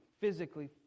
physically